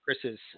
Chris's